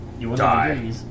Die